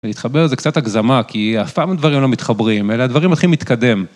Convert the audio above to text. להתחבר זה קצת הגזמה, כי אף פעם הדברים לא מתחברים, אלא הדברים הולכים להתקדם.